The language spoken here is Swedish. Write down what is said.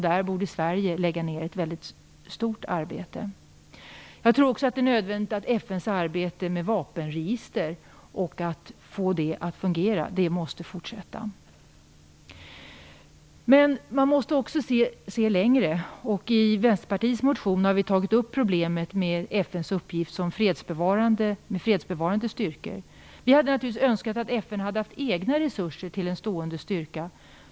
Där borde Sverige lägga ned ett väldigt stort arbete. Jag tror också att det är nödvändigt att FN:s arbete med vapenregister fungerar och får fortsätta. Men man måste också se längre. I Vänsterpartiets motion har vi tagit upp problemet med FN:s fredsbevarande styrkor. Vi hade naturligtvis önskat att FN hade haft egna resurser till en stående styrka.